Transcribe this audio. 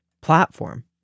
platform